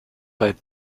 bei